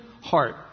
heart